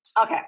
Okay